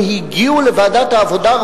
הם הגיעו לוועדת העבודה,